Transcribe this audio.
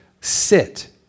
sit